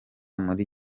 muri